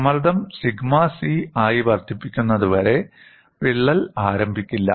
സമ്മർദ്ദം sigma C ആയി വർദ്ധിപ്പിക്കുന്നതുവരെ വിള്ളൽ ആരംഭിക്കില്ല